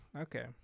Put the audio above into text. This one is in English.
Okay